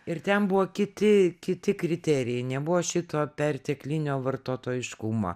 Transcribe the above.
ir ten buvo kiti kiti kriterijai nebuvo šito perteklinio vartotojiškuma